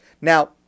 Now